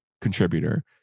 contributor